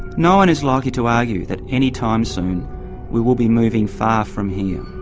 no one is likely to argue that, any time soon we will be moving far from here.